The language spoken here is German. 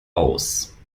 aus